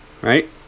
Right